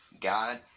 God